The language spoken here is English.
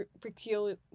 peculiar